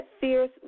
fierce